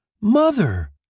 Mother